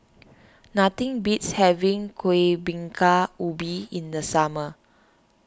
nothing beats having Kuih Bingka Ubi in the summer